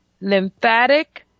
lymphatic